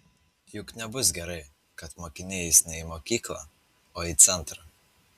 juk nebus gerai kad mokiniai eis ne į mokyklą o į centrą